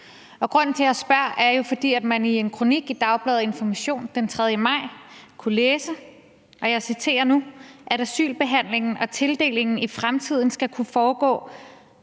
Grunden til, at jeg spørger, er jo, at man i en kronik i dagbladet Information den 3. maj kunne læse, og jeg citerer nu: »At asylbehandling og tildeling i fremtiden skal kunne ske